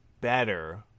better